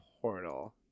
Portal